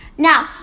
Now